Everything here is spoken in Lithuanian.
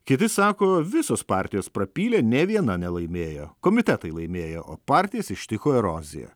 kiti sako visos partijos prapylė nė viena nelaimėjo komitetai laimėjo o partijas ištiko erozija